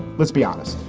let's be honest,